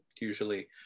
usually